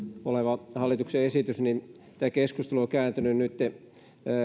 oleva hallituksen esitys niin tämä keskustelu on kääntynyt nytten